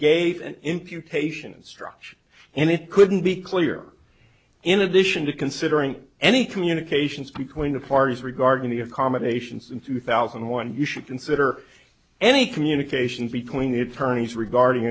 instruction and it couldn't be clearer in addition to considering any communications between the parties regarding the accommodations in two thousand and one you should consider any communication between the attorneys regarding